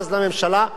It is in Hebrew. יש דוח מקיף,